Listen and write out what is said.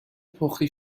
پخته